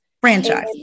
Franchise